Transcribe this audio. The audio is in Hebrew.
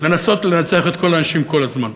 לנסות לנצח את כל האנשים כל הזמן.